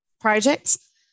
projects